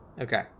okay